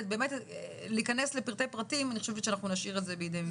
את הפרטים נשאיר כרגע לעיון משרדי הממשלה.